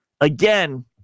Again